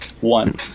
One